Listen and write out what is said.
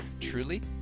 truly